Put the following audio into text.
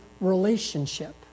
relationship